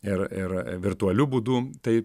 ir ir virtualiu būdu tai